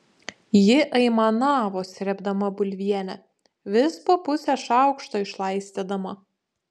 ji aimanavo srėbdama bulvienę vis po pusę šaukšto išlaistydama